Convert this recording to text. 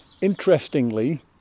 Interestingly